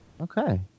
Okay